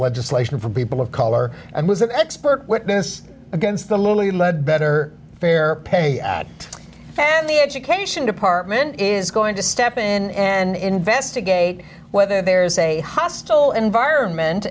legislation for people of color and was an expert witness against the lowly lead better fairer pay than the education department is going to step in and investigate whether there's a hostile environment